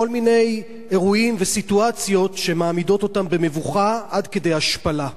בכל מיני אירועים וסיטואציות שמעמידים אותן במבוכה עד כדי השפלה: